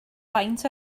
faint